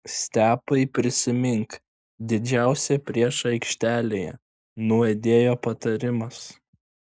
stepai prisimink didžiausią priešą aikštelėje nuaidėjo patarimas